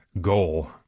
goal